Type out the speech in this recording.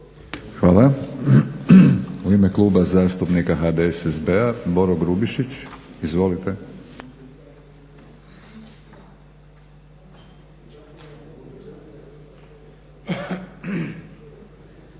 Hvala. U ime Kluba zastupnika HDSSB-a Boro Grubišić. Izvolite.